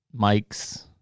mics